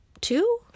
two